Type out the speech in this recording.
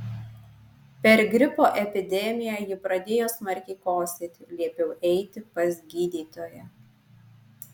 per gripo epidemiją ji pradėjo smarkiai kosėti liepiau eiti pas gydytoją